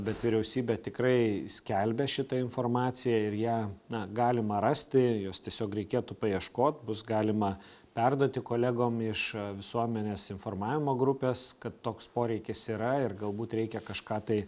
bet vyriausybė tikrai skelbia šitą informaciją ir ją galima rasti jos tiesiog reikėtų paieškot bus galima perduoti kolegom iš visuomenės informavimo grupės kad toks poreikis yra ir galbūt reikia kažką tai